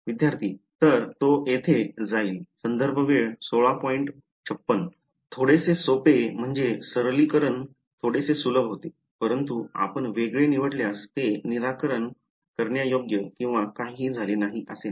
विद्यार्थी तर तो तेथे जाईल थोडेसे सोपे म्हणजे सरलीकरण थोडेसे सुलभ होते परंतु आपण वेगळे निवडल्यास ते निराकरण करण्यायोग्य किंवा काहीही झाले नाही असे नाही